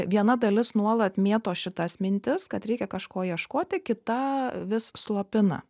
viena dalis nuolat mėto šitas mintis kad reikia kažko ieškoti kita vis slopina